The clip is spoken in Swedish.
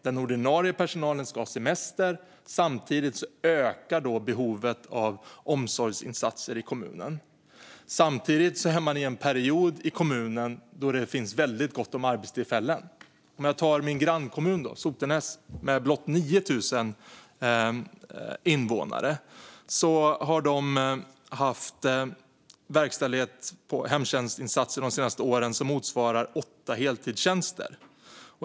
Den ordinarie personalen ska ha semester, och samtidigt ökar behovet av omsorgsinsatser i kommunen. Samtidigt finns det gott om arbetstillfällen i kommunen under denna period. Låt mig titta på min grannkommun Sotenäs med blott 9 000 invånare. Den kommunen har haft verkställighet på hemtjänstinsatser de senaste åren som motsvarar 8 heltidstjänster.